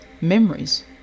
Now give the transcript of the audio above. memories